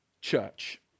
church